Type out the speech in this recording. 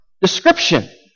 description